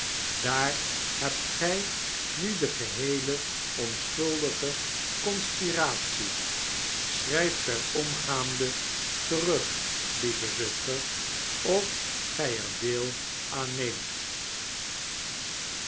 daar hebt gy nu de geheele onschuldige conspiratie schryf per omgaande terug lieve zuster ofgijerdeelaan neemt